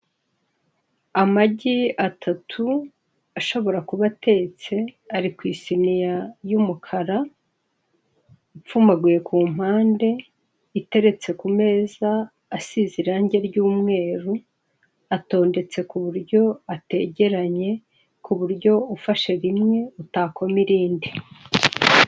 Amagi atatu ashobora kuba atetse ari ku isiniya y'umukara ipfumaguye ku mpande iteretse ku meza asize irangi ry'umweru, atondetse ku buryo ategeranye ku buryo ufashe rimwe utakoma irindi.